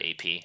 AP